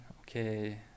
Okay